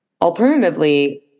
Alternatively